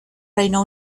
reino